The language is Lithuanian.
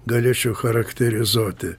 galėčiau charakterizuoti